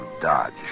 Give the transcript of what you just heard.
Dodge